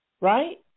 right